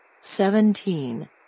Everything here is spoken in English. seventeen